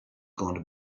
gonna